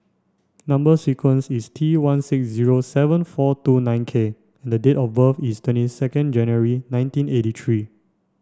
number sequence is T one six zero seven four two nine K and the date of birth is twenty second January nineteen eighty three